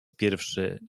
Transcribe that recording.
pierwszy